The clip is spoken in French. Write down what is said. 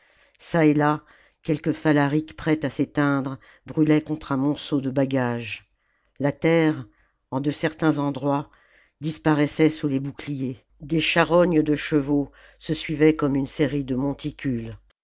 çà et là quelque phalarique prête à s'éteindre brûlait contre un monceau de bagages la terre en de certains endroits disparaissait sous les boucliers des charognes de chevaux se suivaient comme une série de monticules